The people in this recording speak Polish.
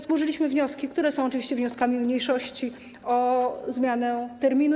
Złożyliśmy wnioski, które są oczywiście wnioskami mniejszości, o zmianę terminu.